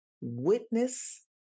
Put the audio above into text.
witness